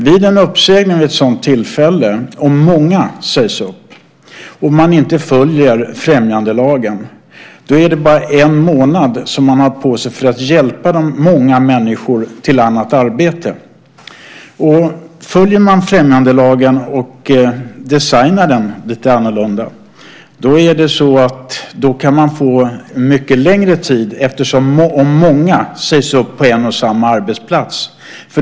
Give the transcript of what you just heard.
Vid en uppsägning vid ett sådant tillfälle där många sägs upp och man inte följer främjandelagen är det bara en månad som man har på sig för att hjälpa de många människorna till annat arbete. Följer man främjandelagen och designar den lite annorlunda kan man få mycket längre tid om många sägs upp på en och samma arbetsplats.